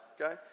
okay